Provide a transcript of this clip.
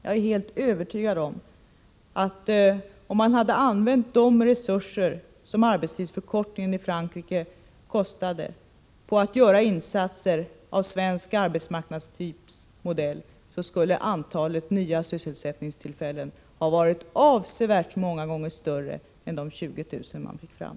Jag är helt övertygad om att hade man använt de resurser som arbetstidsförkortningen i Frankrike kostade till att göra insatser av svensk arbetsmarknadspolitisk modell, skulle antalet nya sysselsättningstillfällen ha varit avsevärt många gånger större än de 20 000 man fick fram.